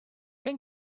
can